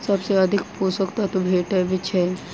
सबसँ अधिक पोसक तत्व भेटय छै?